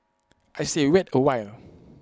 I say wait A while